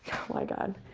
my god.